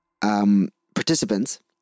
participants